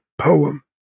poem